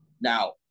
now